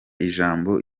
ijambo